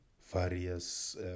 various